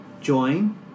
join